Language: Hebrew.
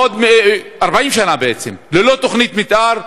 בעצם 40 שנה ללא תוכנית מתאר,